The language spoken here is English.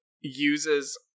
uses